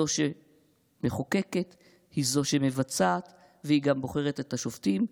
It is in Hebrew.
זו שמחוקקת היא זו שמבצעת והיא גם בוחרת את השופטים,